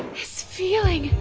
this feeling.